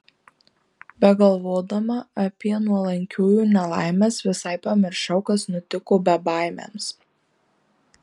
begalvodama apie nuolankiųjų nelaimes visai pamiršau kas nutiko bebaimiams